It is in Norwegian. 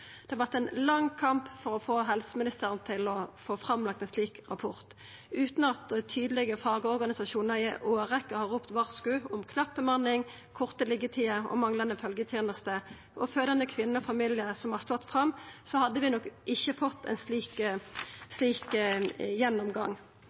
Det har vore ein lang kamp for å få helseministeren til å leggja fram ein slik rapport. Utan at tydelege fagorganisasjonar i ei årrekkje har ropt varsku om knapp bemanning, korte liggjetider og manglande følgjeteneste, og utan fødande kvinner og familiar som har stått fram, hadde vi nok ikkje fått ein slik